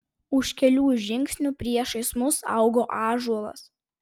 už kelių žingsnių priešais mus augo ąžuolas